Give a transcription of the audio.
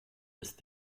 ist